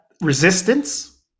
resistance